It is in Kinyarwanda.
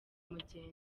mugenzi